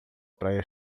praia